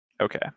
Okay